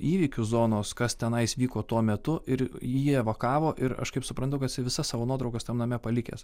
įvykius zonos kas tenais vyko tuo metu ir jį evakavo ir aš kaip suprantu kas visas savo nuotraukas tam name palikęs